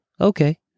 okay